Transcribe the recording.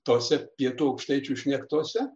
tose pietų aukštaičių šnektose